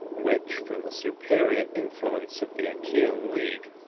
which, from the superior influence of the achaean league,